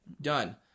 done